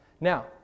Now